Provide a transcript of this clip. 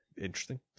Interesting